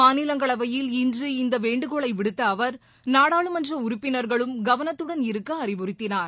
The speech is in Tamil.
மாநிலங்களவையில் இன்று இந்த வேண்டுகோளை விடுத்த அவர் நாடாளுமன்ற உறுப்பினர்களும் கவனத்துடன் இருக்க அறிவுறுத்தினார்